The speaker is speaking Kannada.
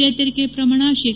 ಚೇತರಿಕೆ ಪ್ರಮಾಣ ಶೇ